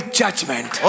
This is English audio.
judgment